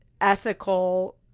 ethical